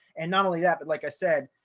and not only that, but like i said,